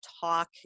talk